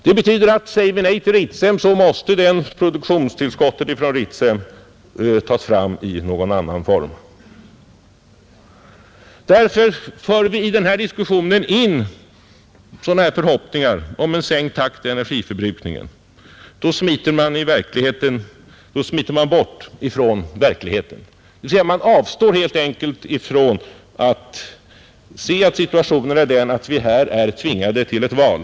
Det betyder att säger vi nej till Ritsem, måste produktionstillskottet därifrån tas fram i någon annan form. För vi därför i denna diskussion in sådana här förhoppningar om en sänkt takt i energiförbrukningen, smiter vi bort från verkligheten, dvs. vi avstår helt enkelt från att se att situationen är den att vi här är tvingade till ett val.